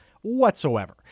whatsoever